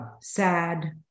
sad